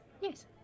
Yes